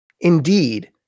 Indeed